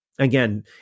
Again